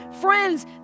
Friends